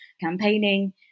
campaigning